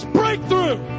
breakthrough